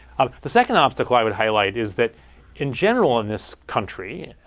ah the second obstacle i would highlight is that in general in this country,